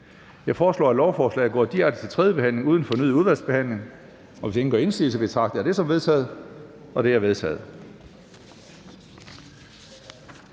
Jeg foreslår, at lovforslaget går direkte til tredje behandling uden fornyet udvalgsbehandling. Hvis ingen gør indsigelse, betragter jeg det som vedtaget. Det er vedtaget.